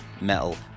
metal